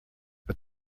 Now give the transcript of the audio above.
but